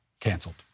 canceled